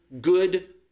good